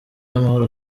amahoro